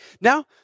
Now